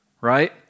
Right